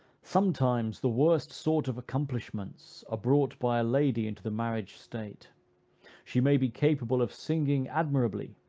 sometimes the worst sort of accomplishments are brought by a lady into the marriage state she may be capable of singing admirably,